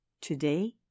Today